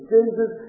Jesus